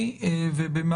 ומה